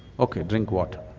okay, drink water.